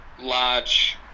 large